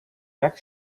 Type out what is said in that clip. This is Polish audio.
jak